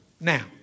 Now